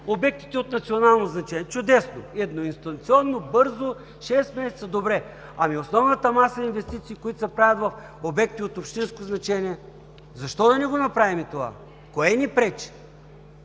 обектите от национално значение, чудесно! Едноинстанционно, бързо, шест месеца, добре! Ами за основната маса инвестиции, които се правят в обекти от общинско значение? Защо да не го направим това? Кое ни пречи?